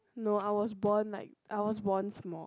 no I was born like I was born small